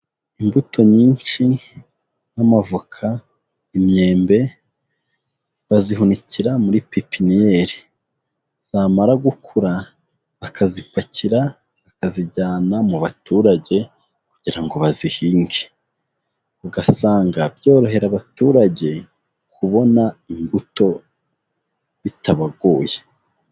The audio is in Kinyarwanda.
Imbuto nyinshi nk'amavoka, imyembe, bazihunikira muri pipiniyeri. Zamara gukura bakazipakira, bakazijyana mu baturage kugira ngo bazihinge. Ugasanga byorohera abaturage kubona imbuto bitabagoye.